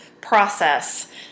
process